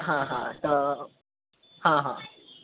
हा हा तर हा हा